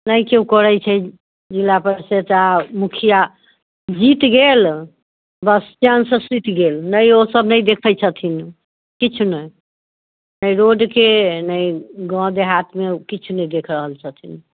नहि केओ करैत छै जिला परिषद आ मुखिआ जीत गेल बस चैनसँ सुति गेल नहि ओसब नहि देखैत छथिन किछु नहि रोडके नहि गाँव देहातमे किछु नहि देखि रहल छथिन